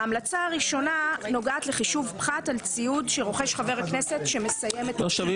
ההמלצה הראשונה נוגעת לחישוב הפחת על ציוד שרוכש חבר הכנסת עם סיום